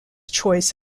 choice